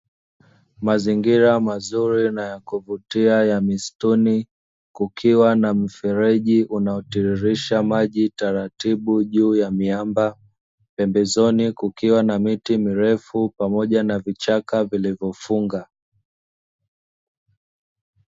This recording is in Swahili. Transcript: Mazingira mazuri na ya kuvutia ya misituni kukiwa na mfereji unaotiririsha maji taratibu juu ya miamba, pembezoni kukiwa na miti mirefu pamoja na vichaka vilivyofunga.